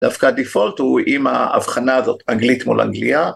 דווקא הדיפולט הוא עם ההבחנה הזאת, אנגלית מול אנגליה.